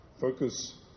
focus